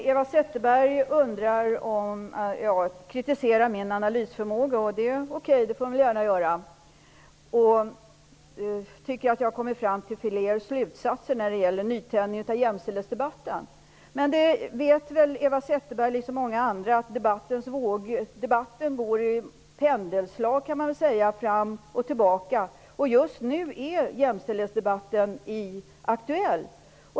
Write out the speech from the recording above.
Fru talman! Eva Zetterberg kritiserar min analysförmåga. Det är okej. Det får hon gärna göra. Hon tycker att jag har kommit fram till fel slutsatser när det gäller nytändningen av jämställdhetsdebatten. Eva Zetterberg vet väl liksom många andra att debatten slår fram och tillbaka med pendelslag. Just nu är jämställdhetsdebatten aktuell.